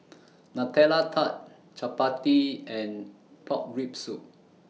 Nutella Tart Chappati and Pork Rib Soup